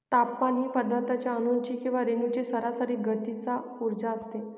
तापमान ही पदार्थाच्या अणूंची किंवा रेणूंची सरासरी गतीचा उर्जा असते